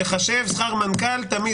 לחשב שכר מנכ"ל תמיד,